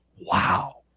Wow